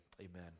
Amen